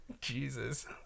Jesus